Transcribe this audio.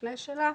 המשנה שלה,